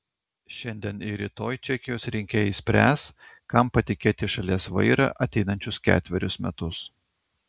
šiandien ir rytoj čekijos rinkėjai spręs kam patikėti šalies vairą ateinančius ketverius metus